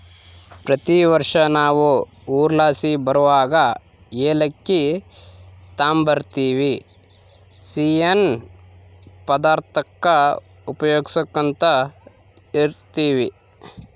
ಪ್ರತಿ ವರ್ಷ ನಾವು ಊರ್ಲಾಸಿ ಬರುವಗ ಏಲಕ್ಕಿ ತಾಂಬರ್ತಿವಿ, ಸಿಯ್ಯನ್ ಪದಾರ್ತುಕ್ಕ ಉಪಯೋಗ್ಸ್ಯಂತ ಇರ್ತೀವಿ